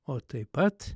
o taip pat